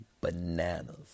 bananas